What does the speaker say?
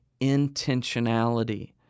intentionality